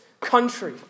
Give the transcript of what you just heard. country